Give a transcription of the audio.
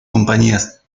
compañías